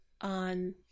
on